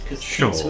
Sure